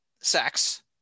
sex